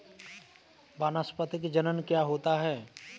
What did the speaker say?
वानस्पतिक जनन क्या होता है?